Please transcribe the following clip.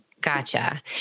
Gotcha